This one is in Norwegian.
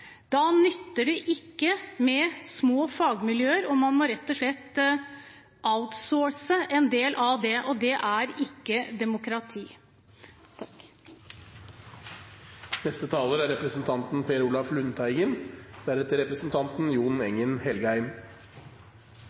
Da nytter det ikke med små fagmiljøer. Man må rett og slett «outsource» en del av det, og det er ikke demokrati. Etter å ha hørt representanten